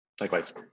likewise